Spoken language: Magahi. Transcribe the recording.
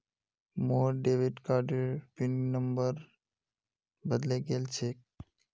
मोर डेबिट कार्डेर पिन नंबर बदले गेल छेक